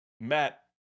Matt